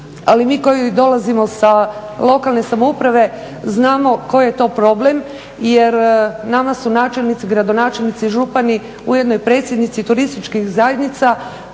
ali mi koji dolazimo sa lokalne samouprave znamo koji je to problem jer nama su načelnici, gradonačelnici, župani ujedno i predsjednici turističkih zajednica